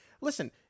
listen